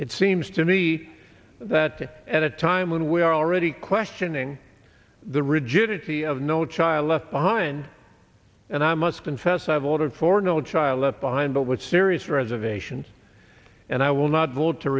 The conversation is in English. it seems to me that at a time when we are already questioning the rigidity of no child left behind and i must confess i voted for no child left behind but with serious reservations and i will not vote to